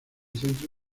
centro